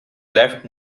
left